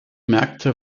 märkte